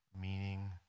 meaning